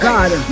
God